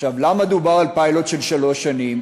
עכשיו, למה דובר על פיילוט של שלוש שנים?